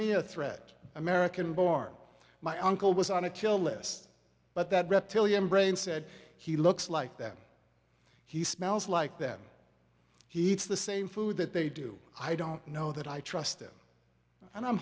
me a threat american born my uncle was on a kill list but that reptilian brain said he looks like that he smells like that he eats the same food that they do i don't know that i trust him and i'm